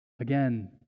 Again